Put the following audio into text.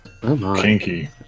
Kinky